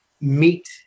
meet